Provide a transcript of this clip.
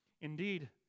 Indeed